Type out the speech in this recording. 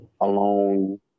alone